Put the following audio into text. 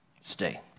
Stay